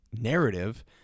narrative